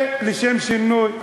ולשם שינוי,